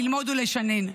ללמוד ולשנן.